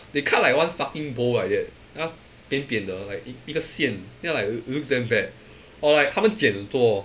they cut like one fucking bowl like that then 它扁扁的 like 一一个线 then I like it looks damn bad or like 他们箭很多